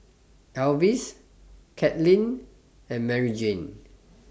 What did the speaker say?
Elvis Caitlynn and Maryjane